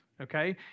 okay